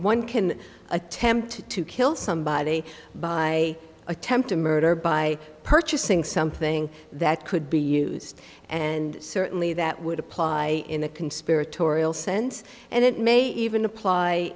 one can attempt to kill somebody by attempted murder by purchasing something that could be used and certainly that would apply in the conspiratorial sense and it may even apply